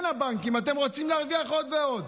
כן, הבנקים, אתם רוצים להרוויח עוד ועוד,